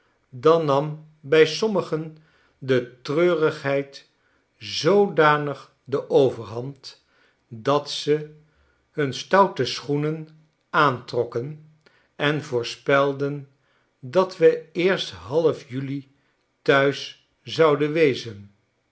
dan nam bij sommigen de treurigheid zoodanig de overhand dat ze hun stoute schoenen aantrokken en voorspelden dat we eerst half juli thuis zouden wezen